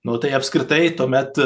nu tai apskritai tuomet